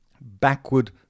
backward